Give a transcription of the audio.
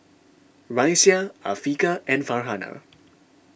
Raisya Afiqah and Farhanah